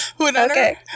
Okay